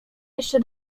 jeszcze